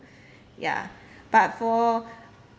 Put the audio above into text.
ya but for